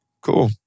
Cool